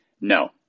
no